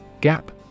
Gap